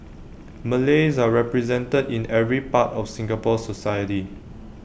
Malays are represented in every part of Singapore society